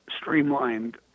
streamlined